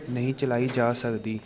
ਨਹੀਂ ਚਲਾਈ ਜਾ ਸਕਦੀ